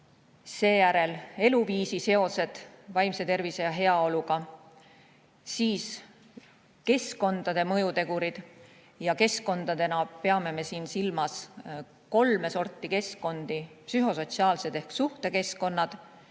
seejärel eluviisi seosed vaimse tervise ja heaoluga ning siis keskkondade mõjutegurid. Keskkondadena peame me silmas kolme sorti keskkondi: psühhosotsiaalne ehk suhtekeskkond,